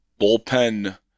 bullpen